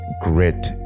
grit